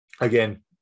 again